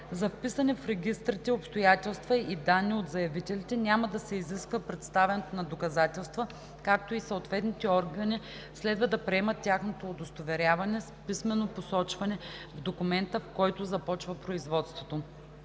За вписани в регистрите обстоятелства и данни от заявителите няма да се изисква представяне на доказателства, като съответните органи следва да приемат тяхното удостоверяване с писмено посочване в документа, с който започва производството.